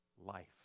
life